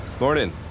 Morning